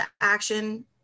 action